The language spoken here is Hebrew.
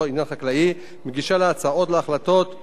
מגישה לה הצעות להחלטות בנושאים חקלאיים